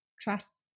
trust